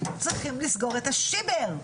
צריכים לסגור את השיבר.